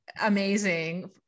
amazing